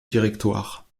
directoire